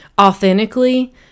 authentically